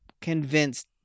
convinced